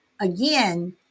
again